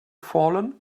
fallen